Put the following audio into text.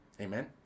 Amen